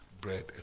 bread